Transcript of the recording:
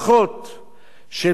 של בלעם הרשע,